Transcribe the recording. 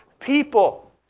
people